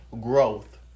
growth